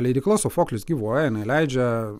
leidykla sofoklis gyvuoja jinai leidžia